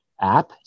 app